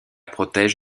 protège